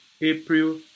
april